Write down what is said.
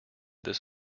this